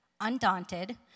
undaunted